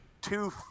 two